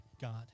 God